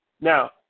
Now